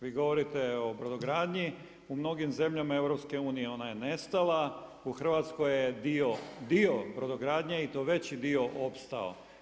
Vi govorite o brodogradnji u mnogim zemljama EU ona je nestala, u Hrvatskoj je dio, dio brodogradnje i to veći dio opstao.